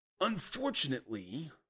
Unfortunately